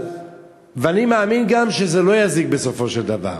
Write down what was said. אני מאמין גם שזה לא יזיק בסופו של דבר.